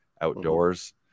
outdoors